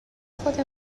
خود